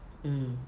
mm